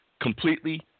completely